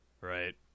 Right